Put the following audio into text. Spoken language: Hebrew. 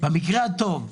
במקרה הטוב,